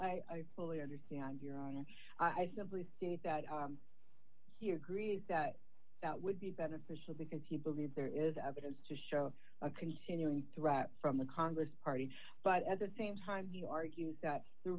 days i fully understand your honor i simply state that he agrees that that would be beneficial because he believes there is evidence to show a continuing threat from the congress party but at the same time he argues that the